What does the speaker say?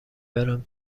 برم